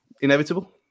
Inevitable